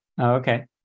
okay